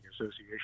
association